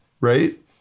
right